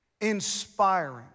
inspiring